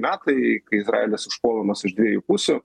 metai kai izraelis užpuolamas iš dviejų pusių